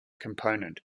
component